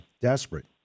desperate